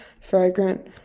fragrant